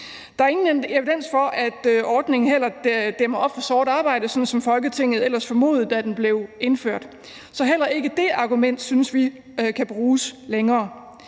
heller ingen evidens for, at ordningen dæmmer op for sort arbejde, sådan som Folketinget ellers formodede, da den blev indført. Så heller ikke det argument synes vi kan bruges længere.